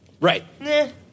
Right